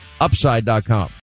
Upside.com